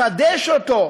חדש אותו.